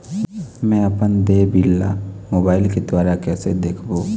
मैं अपन देय बिल ला मोबाइल के द्वारा कइसे देखबों?